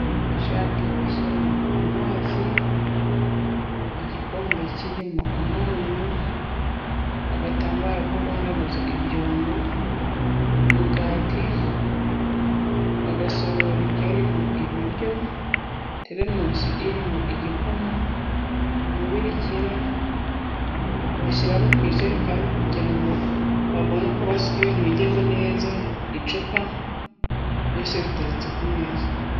Ijage bashyiramo amazi ,igikombe kirimo umunyu ,agatambaro ko guhanaguza ibyombo, umugati ,agasorori karimo ibiryo ,telemosi irimo igikoma, umubirikira bashyira ku ijerekani kugira ngo babone uko basuka ibintu bijyemo neza ,icupa, byose biteretse ku meza.